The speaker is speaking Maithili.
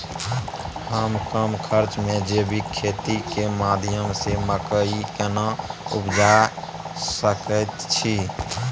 हम कम खर्च में जैविक खेती के माध्यम से मकई केना उपजा सकेत छी?